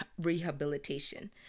rehabilitation